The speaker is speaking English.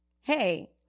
hey